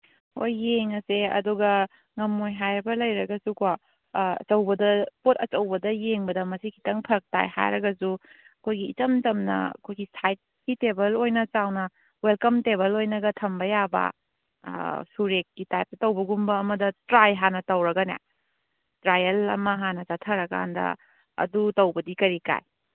ꯍꯣꯏ ꯌꯦꯡꯉꯁꯦ ꯑꯗꯨꯒ ꯉꯝꯃꯣꯏ ꯍꯥꯏꯕ ꯂꯩꯔꯒꯁꯨꯀꯣ ꯑꯆꯧꯕꯗ ꯄꯣꯠ ꯑꯆꯧꯕꯗ ꯌꯦꯡꯕꯗ ꯃꯁꯤ ꯈꯤꯇꯪ ꯐꯔꯛ ꯇꯥꯏ ꯍꯥꯏꯔꯒꯁꯨ ꯑꯩꯈꯣꯏꯒꯤ ꯏꯆꯝ ꯆꯝꯅ ꯑꯩꯈꯣꯏꯒꯤ ꯁꯥꯏꯠꯀꯤ ꯇꯦꯕꯜ ꯑꯣꯏꯅ ꯆꯥꯎꯅ ꯋꯦꯜꯀꯝ ꯇꯦꯕꯜ ꯑꯣꯏꯅꯒ ꯊꯝꯕ ꯌꯥꯕ ꯁꯨ ꯔꯦꯛꯀꯤ ꯇꯥꯏꯞꯇ ꯇꯧꯕꯒꯨꯝꯕ ꯑꯃꯗ ꯇ꯭ꯔꯥꯏ ꯍꯥꯟꯅ ꯇꯧꯔꯒꯅꯦ ꯇ꯭ꯔꯥꯌꯜ ꯑꯃ ꯍꯥꯟꯅ ꯆꯠꯊꯔꯀꯥꯟꯗ ꯑꯗꯨ ꯇꯧꯕꯗꯤ ꯀꯔꯤ ꯀꯥꯏ